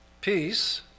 peace